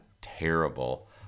terrible